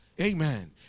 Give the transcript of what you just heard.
Amen